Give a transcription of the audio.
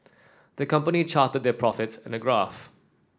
the company charted their profits in a graph